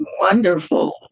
wonderful